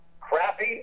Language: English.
crappy